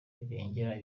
rirengera